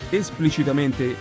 esplicitamente